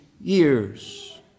years